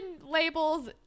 labels